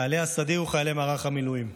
חיילי הסדיר וחיילי מערך המילואים.